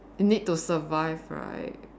need to survive right